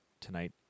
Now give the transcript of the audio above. tonight